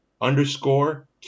underscore